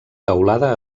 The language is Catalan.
teulada